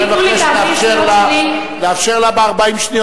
אני מבקש לאפשר לה,